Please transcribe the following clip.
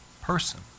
person